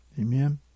Amen